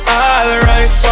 alright